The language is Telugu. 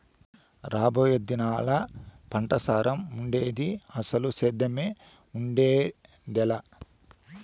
రాబోయే దినాల్లా పంటసారం ఉండేది, అసలు సేద్దెమే ఉండేదెలా